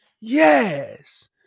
Yes